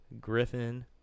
Griffin